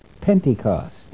Pentecost